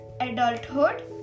adulthood